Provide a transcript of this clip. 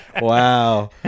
Wow